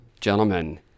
Gentlemen